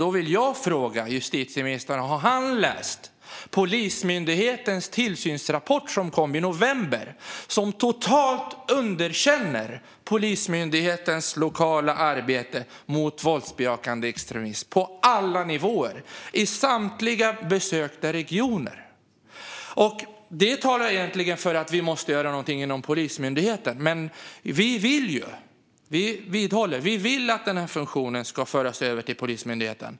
Då vill jag fråga justitieministern om han har läst Polismyndighetens tillsynsrapport som kom i november. Den underkänner totalt Polismyndighetens lokala arbete mot våldsbejakande extremism på alla nivåer i samtliga besökta regioner. Det talar egentligen för att vi måste göra någonting när det gäller Polismyndigheten. Vi vill och vidhåller att den här funktionen ska föras över till Polismyndigheten.